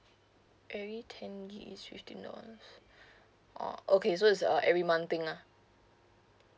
every ten G_B is fifteen dollars oh okay so it's a every month thing lah